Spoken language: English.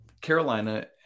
Carolina